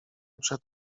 przed